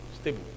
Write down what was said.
stable